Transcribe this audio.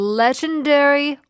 legendary